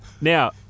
now